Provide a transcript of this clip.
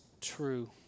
true